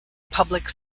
public